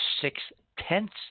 six-tenths